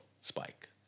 spike